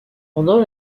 pendant